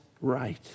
right